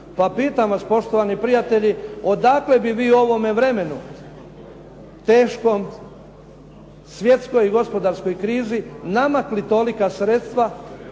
Pa pitam vas, poštovani prijatelji, odakle bi vi u ovome vremenu teškom, svjetskoj gospodarskoj krizi namakli tolika sredstva?